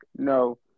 No